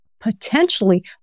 potentially